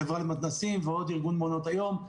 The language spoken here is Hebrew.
החברה למתנ"סים ועוד ארגון מעונות היום,